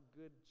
good